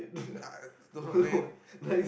ya I don't know man